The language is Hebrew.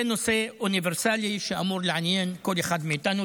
זה נושא אוניברסלי שאמור לעניין כל אחד מאיתנו.